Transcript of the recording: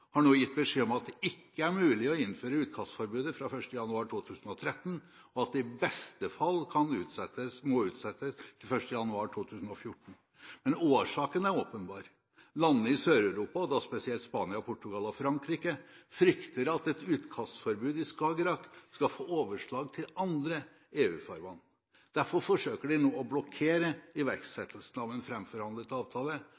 har nå gitt beskjed om at det ikke er mulig å innføre utkastforbudet fra 1. januar 2013, og at det i beste fall må utsettes til 1. januar 2014. Årsaken er åpenbar: Landene i Sør-Europa, og da spesielt Spania, Portugal og Frankrike, frykter at et utkastforbud i Skagerrak skal få overslag til andre EU-farvann. Derfor forsøker de nå å blokkere